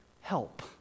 Help